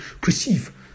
perceive